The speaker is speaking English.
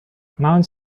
mounds